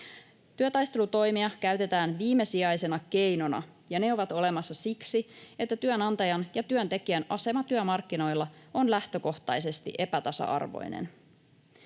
Työtaistelutoimia käytetään viimesijaisena keinona, ja ne ovat olemassa siksi, että työnantajan ja työntekijän asema työmarkkinoilla on lähtökohtaisesti epätasa-arvoinen.